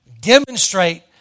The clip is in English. demonstrate